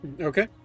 Okay